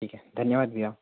ठीक है धन्यवाद जी भईया